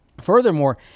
Furthermore